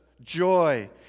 Joy